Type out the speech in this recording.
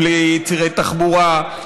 בלי צירי תחבורה.